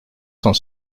cent